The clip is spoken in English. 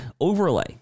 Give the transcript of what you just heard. overlay